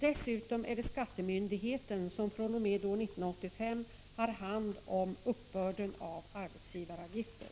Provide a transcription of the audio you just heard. Dessutom är det skattemyndigheten som fr.o.m. år 1985 har hand om uppbörden av arbetsgivaravgifter.